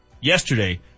yesterday